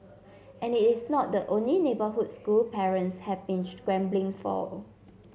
and it is not the only neighbourhood school parents have been scrambling for